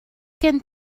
gen